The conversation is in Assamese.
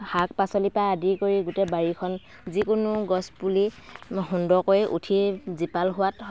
শাক পাচলিৰ পৰা আদি কৰি গোটেই বাৰীখন যিকোনো গছপুলি সুন্দৰকৈ উঠি জীপাল হোৱাত